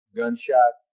gunshot